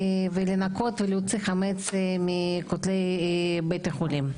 לנקות ולהוציא חמץ מבית החולים.